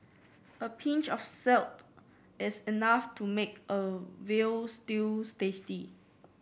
a pinch of is enough to make a veal stew tasty